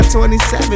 27